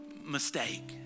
mistake